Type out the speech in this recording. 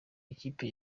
ikipe